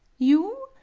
you?